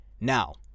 Now